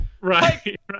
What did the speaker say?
Right